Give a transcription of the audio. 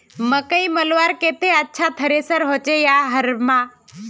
मकई मलवार केते अच्छा थरेसर होचे या हरम्बा?